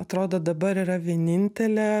atrodo dabar yra vienintelė